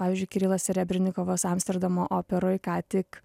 pavyzdžiui kirilas serebrinikovas amsterdamo operoj ką tik